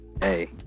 Hey